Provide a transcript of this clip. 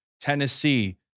Tennessee